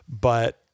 but-